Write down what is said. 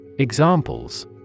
Examples